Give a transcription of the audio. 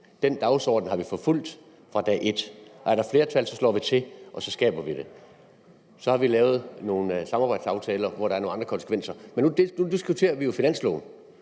Den dagsorden har vi forfulgt fra dag et. Er der flertal, slår vi til, og så skaber vi det. Så har vi lavet nogle samarbejdsaftaler, hvor der er nogle andre konsekvenser. Men nu diskuterer vi jo finansloven,